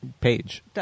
Page